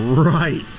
Right